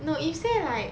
no if say like